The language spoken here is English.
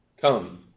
come